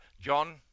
John